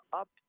up